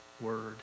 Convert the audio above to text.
word